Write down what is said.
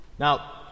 Now